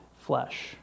flesh